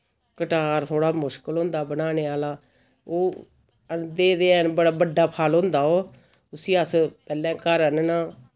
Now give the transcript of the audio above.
कटार थोह्ड़ा मुश्कल होंदा बनाने आह्ला ओ आह्नदे ते हैन बड़ा बड्डा फल होंदा ओ उस्सी अस पैह्लें घर आह्नना